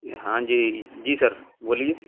ہاں جی جی سر بولیے